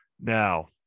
now